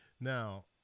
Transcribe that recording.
now